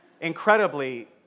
incredibly